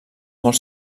molt